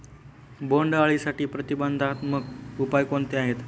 बोंडअळीसाठी प्रतिबंधात्मक उपाय कोणते आहेत?